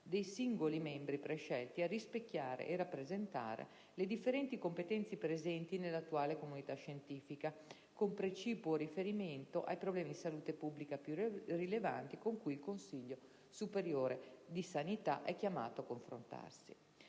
dei singoli membri prescelti a rispecchiare e rappresentare le differenti competenze presenti nell'attuale comunità scientifica, con precipuo riferimento ai problemi di salute pubblica più rilevanti, con cui il Consiglio superiore di sanità è chiamato a confrontarsi.